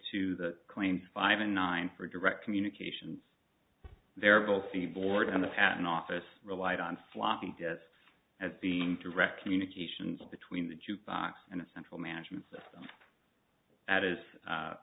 to the claims five and nine for direct communications variable seaboard and the patent office relied on floppy disks as being direct communications between the jukebox and a central management system that is